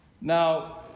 Now